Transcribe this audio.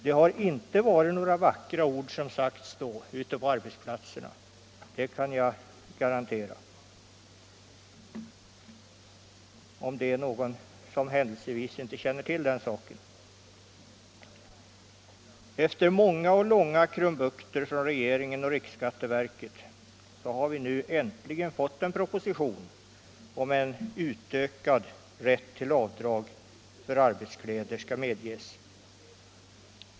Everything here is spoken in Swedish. Det har inte varit några vackra ord som sagts då ute på arbetsplatserna — det kan jag försäkra, om någon händelsevis inte känner till den saken. Efter många och långa krumbukter från regeringen och riksskatteverket har vi nu äntligen fått en proposition om att en utökad rätt till avdrag för arbetskläder skall medges.